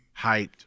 hyped